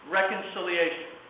reconciliation